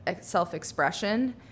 self-expression